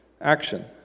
action